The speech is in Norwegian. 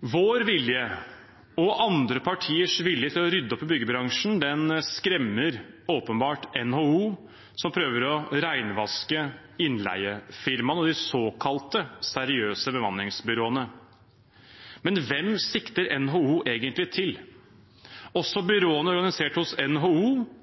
Vår vilje og andre partiers vilje til å rydde opp i byggebransjen skremmer åpenbart NHO, som prøver å renvaske innleiefirmaene og de såkalt seriøse bemanningsbyråene. Men hvem sikter NHO egentlig til? Også byråene organisert hos NHO